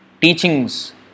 teachings